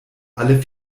alle